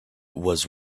was